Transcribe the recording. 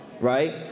right